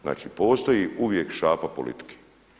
Znači postoji uvijek šapa politike.